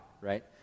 right